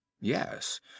yes